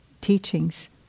teachings